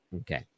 Okay